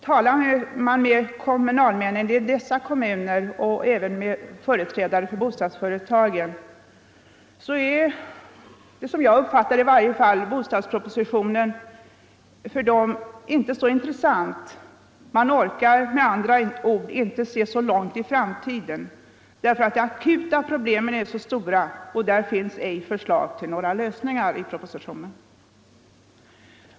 Talar man med kommunalmännen i dessa kommuner eller med företrädare för bostadsfö 41 retagen finner man -— i varje fall såsom jag uppfattar det — att bostadspropositionen inte är så intressant för dem. De orkar med andra ord inte se så långt in i framtiden, därför att de akuta problemen är så stora och för dessa finns det i propositionen inte några förslag till lösningar.